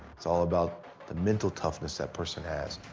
it's all about the mental toughness that person has.